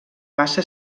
bassa